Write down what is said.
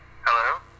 Hello